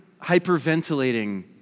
hyperventilating